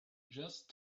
just